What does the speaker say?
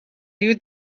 you